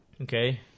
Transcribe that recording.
Okay